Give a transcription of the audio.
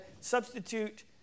substitute